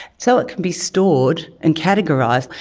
so it can be stored and categorised,